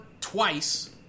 twice